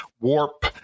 warp